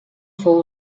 fou